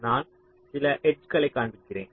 நான் சில எட்ஜ்களைக் காண்பிக்கிறேன்